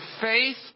faith